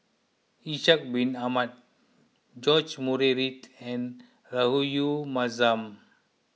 Ishak Bin Ahmad George Murray Reith and Rahayu Mahzam